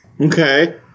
Okay